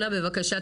בבקשה.